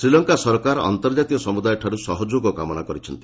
ଶ୍ରୀଲଙ୍କା ସରକାର ଅନ୍ତର୍ଜାତୀୟ ସମୁଦାୟଠାରୁ ସହଯୋଗ କାମନା କରିଛନ୍ତି